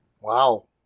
Wow